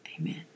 Amen